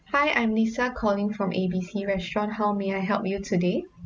hi I'm lisa calling from A_B_C restaurant how may I help you today